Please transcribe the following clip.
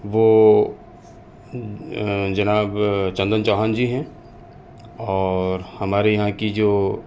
وہ جناب چندن چوہان جی ہیں اور ہمارے یہاں کی جو